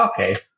okay